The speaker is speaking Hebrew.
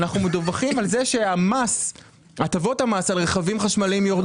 אנחנו מדווחים על זה שהטבות המס על רכבים חשמליים יורדים,